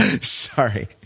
Sorry